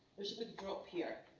there's a big drop here